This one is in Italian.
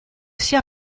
sia